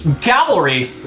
cavalry